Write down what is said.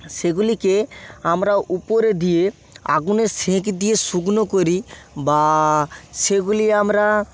সেগুলিকে আমরা উপরে দিয়ে আগুনে শেক দিয়ে শুকনো করি বা সেগুলি আমরা